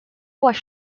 was